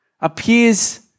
appears